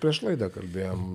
prieš laidą kalbėjom